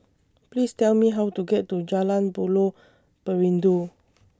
Please Tell Me How to get to Jalan Buloh Perindu